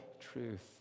truth